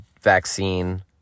vaccine